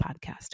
podcast